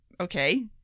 Okay